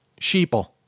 Sheeple